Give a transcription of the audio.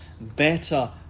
better